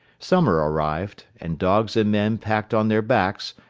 summer arrived, and dogs and men packed on their backs,